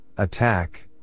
Attack